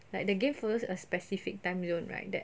like the game follows a specific timezone right that